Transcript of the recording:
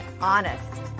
honest